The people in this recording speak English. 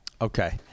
Okay